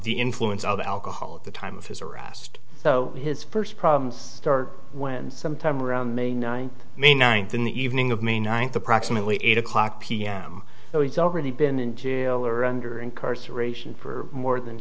the influence of alcohol at the time of his arrest so his first problems start when sometime around may ninth may ninth in the evening of may ninth approximately eight o'clock pm so he's already been in jail or under incarceration for more than